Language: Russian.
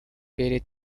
перед